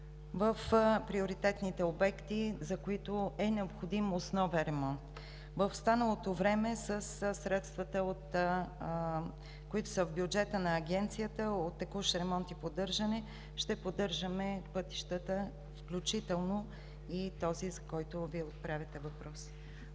в приоритетните обекти, за които е необходим основен ремонт. В останалото време със средствата, които са в бюджета на Агенцията от „Текущ ремонт и поддържане“, ще поддържаме пътищата, включително и този, за който Вие отправяте въпрос.